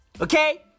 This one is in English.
Okay